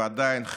ועדיין,